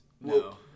No